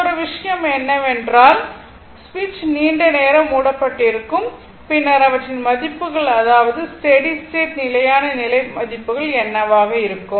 மற்றொரு விஷயம் என்னவென்றால் சுவிட்ச் நீண்ட நேரம் மூடப்பட்டிருக்கும் பின்னர் அவற்றின் மதிப்புகள் அதாவது ஸ்டெடி ஸ்டேட் நிலையான நிலை மதிப்புகள் என்னவாக இருக்கும்